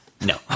No